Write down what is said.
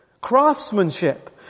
craftsmanship